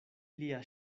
lia